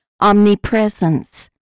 Omnipresence